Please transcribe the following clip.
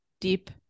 deep